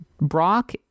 Brock